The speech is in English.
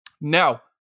Now